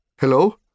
Hello